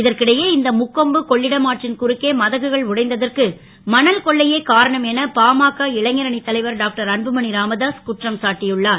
இதற்கிடையே இந்த முக்கொம்பு கொள்ளிடம் ஆற்றின் குறுக்கே மதகுகள் உடைந்ததற்கு மணல் கொள்ளையே காரணம் என பாமக இளைஞர் அணித் தலைவர் டாக்டர் அன்புமணி ராமதாஸ் குற்றம் சாட்டியுள்ளார்